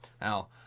Now